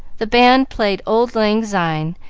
the band played auld lang syne,